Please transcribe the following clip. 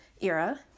era